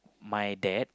my dad